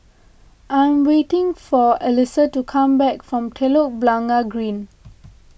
I'm waiting for Alissa to come back from Telok Blangah Green